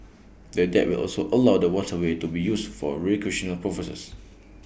the deck will also allow the waterway to be used for recreational purposes